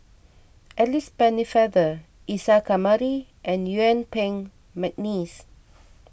Alice Pennefather Isa Kamari and Yuen Peng McNeice